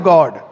God